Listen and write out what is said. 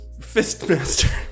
Fistmaster